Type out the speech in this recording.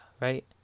right